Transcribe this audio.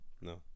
No